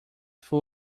full